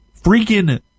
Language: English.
freaking